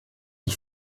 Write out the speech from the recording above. ich